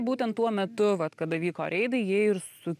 būtent tuo metu vat kada vyko reidai jie ir su